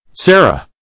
Sarah